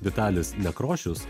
vitalis nekrošius